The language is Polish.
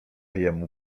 jemu